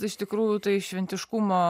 iš tikrųjų tai šventiškumo